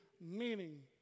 meaning